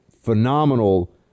Phenomenal